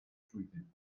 trwyddyn